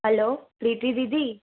हलो प्रीती दीदी